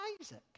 Isaac